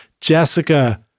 Jessica